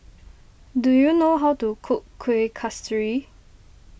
do you know how to cook Kuih Kasturi